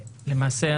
למעשה,